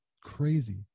crazy